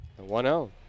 1-0